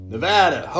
Nevada